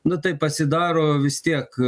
nu tai pasidaro vis tiek